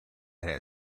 had